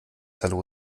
hallo